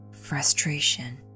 frustration